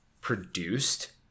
produced